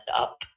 up